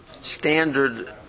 standard